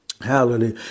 Hallelujah